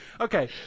Okay